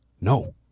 No